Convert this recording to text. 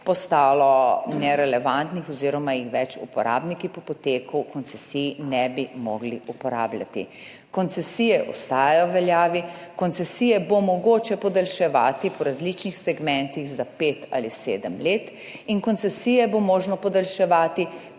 postalo nerelevantnih oziroma jih uporabniki po poteku koncesij ne bi mogli več uporabljati. Koncesije ostajajo v veljavi. Koncesije bo mogoče podaljševati po različnih segmentih, za pet ali sedem let, in koncesije bo možno podaljševati